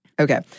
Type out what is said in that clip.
Okay